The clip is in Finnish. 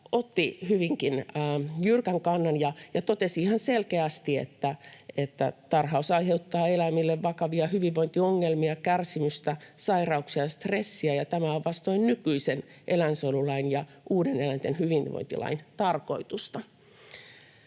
otti hyvinkin jyrkän kannan ja totesi ihan selkeästi, että tarhaus aiheuttaa eläimille vakavia hyvinvointiongelmia, kärsimystä, sairauksia ja stressiä ja tämä on vastoin nykyisen eläinsuojelulain ja uuden eläinten hyvinvointilain tarkoitusta.